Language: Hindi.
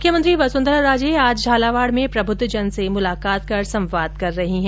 मुख्यमंत्री वसुंधरा राजे आज झालावाड़ में प्रबुद्वजनों से मुलाकात कर संवाद कर रही है